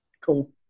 Cool